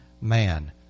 man